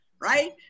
Right